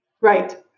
Right